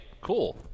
cool